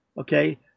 Okay